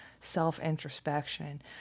self-introspection